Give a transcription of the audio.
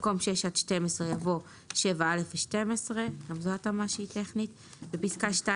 במקום "6 עד 12" יבוא "7א ו-12"; בפסקה (2),